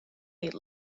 ate